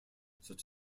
such